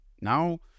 now